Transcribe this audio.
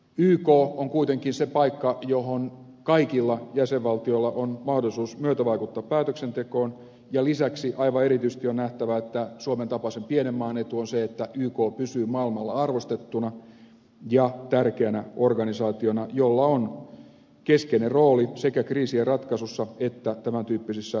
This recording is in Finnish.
yk on kuitenkin se paikka jossa kaikilla jäsenvaltioilla on mahdollisuus myötävaikuttaa päätöksentekoon ja lisäksi aivan erityisesti on nähtävä että suomen tapaisen pienen maan etu on se että yk pysyy maailmalla arvostettuna ja tärkeänä organisaationa jolla on keskeinen rooli sekä kriisien ratkaisussa että tämän tyyppisissä rauhanturvatehtävissä